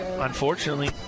unfortunately